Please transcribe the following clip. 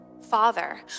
father